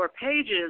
pages